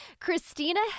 Christina